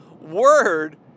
word